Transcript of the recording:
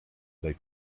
dai